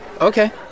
Okay